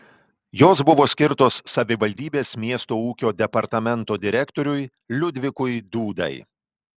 jos buvo skirtos savivaldybės miesto ūkio departamento direktoriui liudvikui dūdai